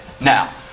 Now